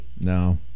No